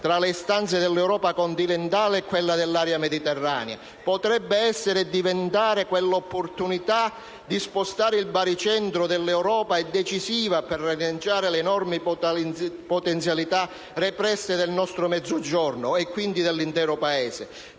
tra le istanze dell'Europa continentale e quelle dell'area mediterranea. Potrebbe essere e diventare quell'opportunità di spostare il baricentro dell'Europa, decisiva per rilanciare le enormi potenzialità represse del nostro Mezzogiorno e quindi dell'intero Paese.